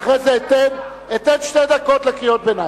אחרי זה אתן שתי דקות לקריאות ביניים.